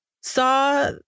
saw